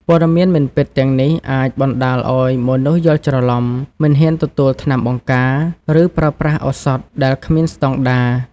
ព័ត៌មានមិនពិតទាំងនេះអាចបណ្តាលឲ្យមនុស្សយល់ច្រឡំ មិនហ៊ានទទួលថ្នាំបង្ការ ឬប្រើប្រាស់ឱសថដែលគ្មានស្តង់ដារ។